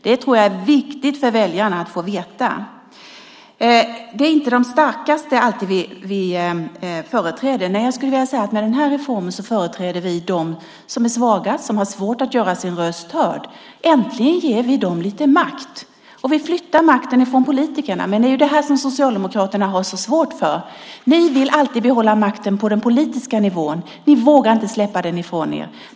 Det tror jag är viktigt för väljarna att få veta. Det är inte alltid de starkaste som vi företräder. Jag skulle vilja säga att med den här reformen företräder vi dem som är svaga, som har svårt att göra sin röst hörd. Äntligen ger vi dem lite makt. Och vi flyttar makten från politikerna. Det är ju det som Socialdemokraterna har så svårt för. Ni vill alltid behålla makten på den politiska nivån. Ni vågar inte släppa den ifrån er.